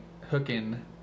hooking